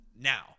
now